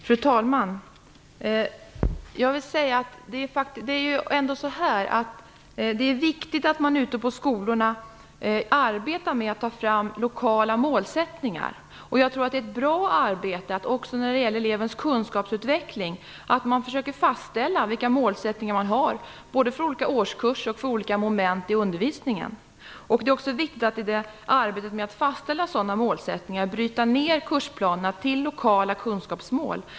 Fru talman! Det är viktigt att man ute på skolorna arbetar med att ta fram lokala målsättningar. När det gäller elevens kunskapsutveckling tror jag att det är bra att man försöker fastställa målsättningar både för olika årskurser och för olika moment i undervisningen. I arbetet med att fastställa sådana målsättningar är det viktigt att bryta ner kursplanerna till lokala kunskapsmål.